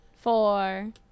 four